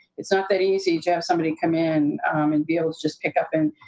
it's not that easy to have somebody come in um and be able to just pick up and,